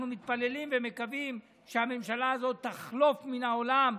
אנחנו מתפללים ומקווים שהממשלה הזו תחלוף מן העולם,